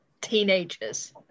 teenagers